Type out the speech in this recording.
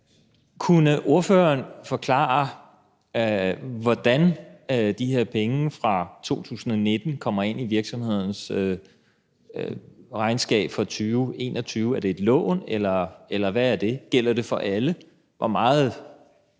Kunne ordføreren forklare, hvordan de her penge fra 2019 kommer ind i virksomhedernes regnskab for 2021? Er det et lån, eller hvad er det, og gælder det for alle? Hvad er